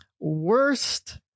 Worst